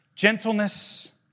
gentleness